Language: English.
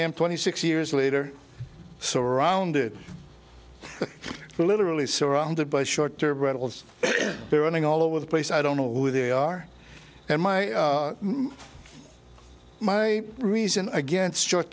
am twenty six years later surrounded literally surrounded by short term battles their earning all over the place i don't know who they are and my my reason against short